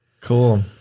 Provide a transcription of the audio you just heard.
cool